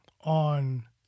on